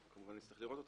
אנחנו נצטרך לראות אותן,